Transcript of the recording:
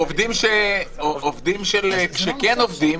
עובדים שכן עובדים,